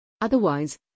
Otherwise